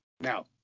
now